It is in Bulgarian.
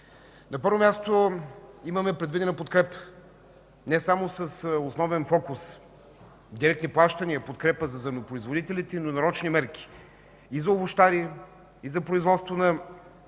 На първо място, имаме предвидена подкрепа, не само с основен фокус директни плащания и подкрепа за зърнопроизводителите, но нарочни мерки за овощари, за зеленчукопроизводителите